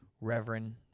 Reverend